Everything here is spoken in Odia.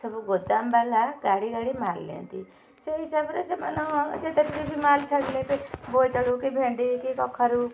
ସବୁ ଗୋଦାମ ବାଲା ଗାଡ଼ି ଗାଡ଼ି ମାଲ୍ ନିଅନ୍ତି ସେଇ ହିସାବରେ ସେମାନେ ଯେତେବେଳେ ବି ମାଲ୍ ଛାଡ଼ିଲେ ବୋଇତାଳୁ କି ଭେଣ୍ଡି କି କଖାରୁ